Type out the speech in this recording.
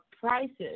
prices